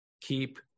keep